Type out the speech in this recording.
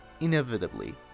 inevitably